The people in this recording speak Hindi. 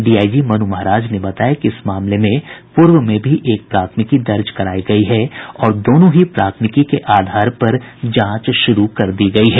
डीआईजी मनु महाराज ने बताया कि इस मामले में पूर्व में भी एक प्राथमिकी दर्ज करायी गयी है और दोनों ही प्राथमिकी के आधार पर जांच शुरू कर दी गयी है